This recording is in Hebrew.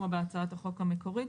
כמו בהצעת החוק המקורית.